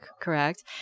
correct